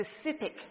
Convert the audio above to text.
specific